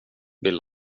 vill